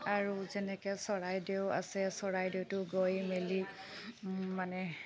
আৰু যেনেকৈ চৰাইদেউ আছে চৰাইদেউতো গৈ মেলি মানে